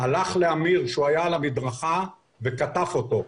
הלך לאמיר שהיה על המדרכה וקטף אותו.